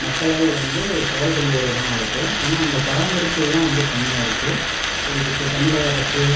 மக்களால் வந்து கவரக்கூடிய ஒரு இடமாக இருக்குது ஆனால் அங்கே பராமரிப்புகளெலாம் வந்து கம்மியாக இருக்குது இதுக்கு தமிழக அரசு